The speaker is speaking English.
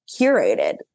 curated